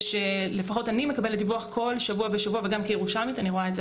אני מקבלת דיווח כל שבוע וגם כירושלמית אני רואה את זה,